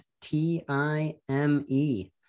T-I-M-E